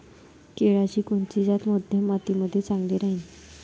केळाची कोनची जात मध्यम मातीमंदी चांगली राहिन?